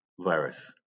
virus